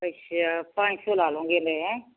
ਅੱਛਾ ਪੰਜ ਸੌ ਲਾ ਲਓਗੇ ਫੇਰ ਹੈਂ